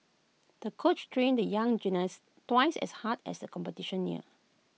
the coach trained the young gymnast twice as hard as the competition neared